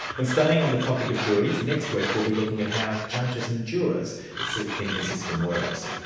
and staying on the topic of juries, next week we'll be looking at how judges and jurors so think the system works